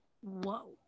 whoa